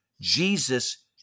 Jesus